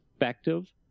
effective